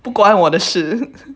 不管我的事